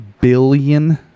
billion